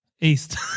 east